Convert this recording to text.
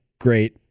great